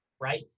right